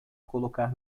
colocar